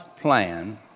plan